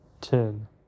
ten